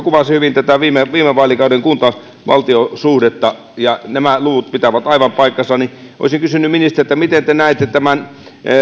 kuvasi hyvin tätä viime vaalikauden kunta valtio suhdetta ja nämä luvut pitävät aivan paikkansa olisin kysynyt ministeriltä miten te näette